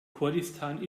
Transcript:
kurdistan